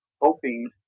hoping